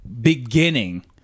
beginning